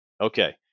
Okay